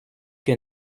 que